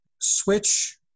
switch